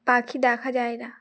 পাখি দেখা যায় না